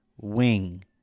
Wing